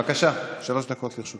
בבקשה, שלוש דקות לרשותך.